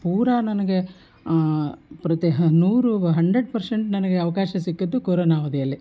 ಪೂರಾ ನನಗೆ ಪ್ರತಿ ಹ ನೂರು ಹಂಡ್ರೆಡ್ ಪರ್ಶೆಂಟ್ ನನಗೆ ಅವಕಾಶ ಸಿಕ್ಕಿದ್ದು ಕೊರೋನ ಅವಧಿಯಲ್ಲಿ